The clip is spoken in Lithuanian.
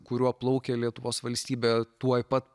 kuriuo plaukė lietuvos valstybė tuoj pat